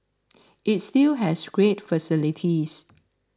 it still has great facilities